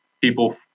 people